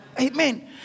Amen